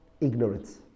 Ignorance